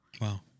Wow